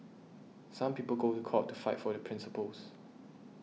some people go to court to fight for their principles